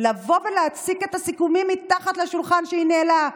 לבוא ולהציג את הסיכומים מתחת לשולחן שהיא ניהלה,